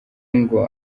ngo